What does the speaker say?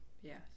Yes